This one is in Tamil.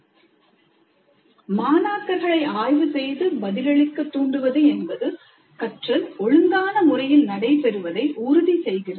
விளக்கம் மற்றும் ஆராய்ந்து விளக்கமளித்தல் மாணாக்கர்களை ஆய்வு செய்து பதிலளிக்க தூண்டுவது என்பது கற்றல் ஒழுங்கான முறையில் நடைபெறுவதை உறுதி செய்கிறது